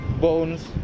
bones